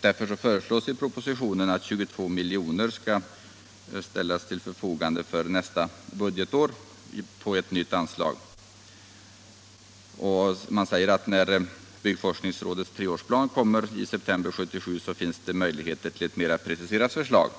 Därför föreslås i propositionen att 22 milj.kr. för nästa budgetår skall ställas till förfogande för detta ändamål. Det framhålls att det när byggforskningsrådets treårsplan framläggs i september 1977 finns möjligheter till ett mer preciserat förslag.